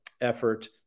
effort